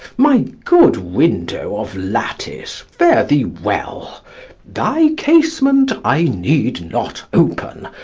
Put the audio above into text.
my good window of lattice, fare thee well thy casement i need not open,